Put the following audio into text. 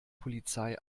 polizei